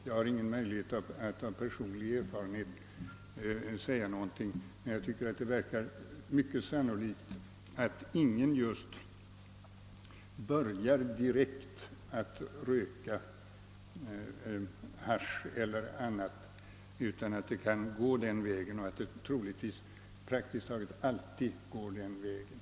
Jag har ingen möjlighet att säga det av personlig erfarenhet, men jag tycker att det verkar mycket sannolikt, att ingen börjar direkt att röka hasch eller dylikt utan att det kan börja och troligtvis alltid börjar med tobaksrökning.